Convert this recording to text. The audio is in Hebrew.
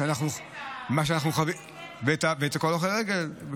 מסכנת את הנהגים ואת הולכי הרגל.